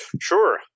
Sure